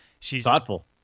Thoughtful